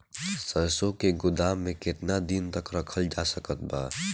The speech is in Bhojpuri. सरसों के गोदाम में केतना दिन तक रखल जा सकत बा?